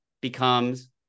becomes